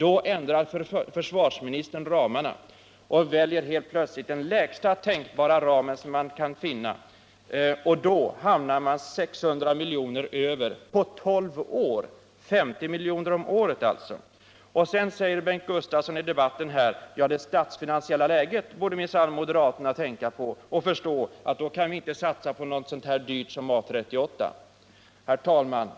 Då ändrade försvarsministern ramarna och valde helt plötsligt den lägsta tänkbara ramen. Då hamnade vi 600 miljoner över ramarna på tolv år — 50 miljoner om året, alltså. Bengt Gustavsson sade i debatten att moderaterna borde tänka på det statsfinansiella läget och förstå att vi inte kan satsa på något så dyrt som A 38. Herr talman!